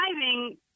driving